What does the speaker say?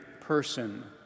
person